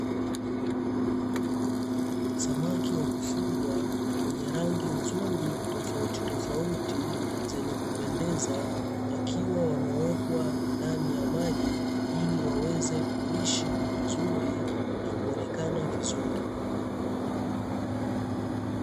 Samaki wa kufugwa, wenye rangi nzuri tofautitofauti zenye kupendeza, wakiwa wamewekwa ndani ya maji ili waweze kuishi vizuri na kuonekana vizuri.